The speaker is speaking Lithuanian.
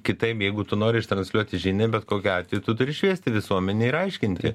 kitaip jeigu tu nori iš transliuoti žinią bet kokiu atveju tu turi šviesti visuomenę ir aiškinti